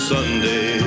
Sunday